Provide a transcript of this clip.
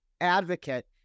advocate